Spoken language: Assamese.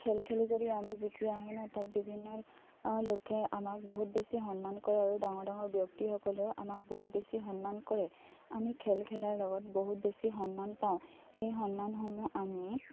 খেল খেলি যদি আমি জিকি আহোঁ ন তাত বিভিন্ন লোকে আমাক বহুত বেছি সন্মান কৰে আৰু ডাঙৰ ডাঙৰ ব্যক্তিসকলেও আমাক বহুত বেছি সন্মান কৰে আমি খেল খেলাৰ লগত বহুত বেছি সন্মান পাওঁ এই সন্মানসমূহ আমি